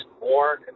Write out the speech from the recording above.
more